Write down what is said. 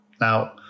now